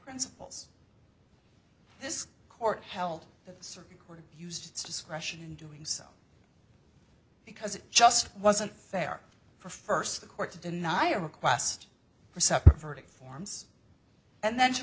principles this court held the circuit court of used its discretion in doing so because it just wasn't fair for first the court to deny a request for separate verdict forms and then to